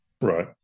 Right